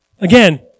Again